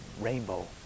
rainbow